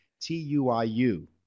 tuiu